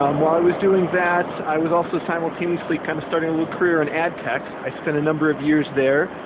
um while i was doing that i was also simultaneously kind of starting a little career on ad tech. i spent a number of years there.